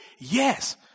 Yes